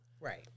Right